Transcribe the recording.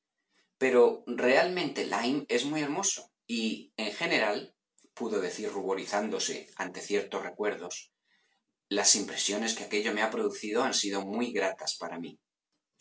pero realmente lyme es muy hermoso y en generalpudo decir ruborizándose ante ciertos recuerdos las impresiones que aquello me ha producido han sido muy gratas para mí